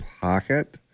pocket